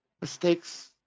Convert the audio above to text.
Mistakes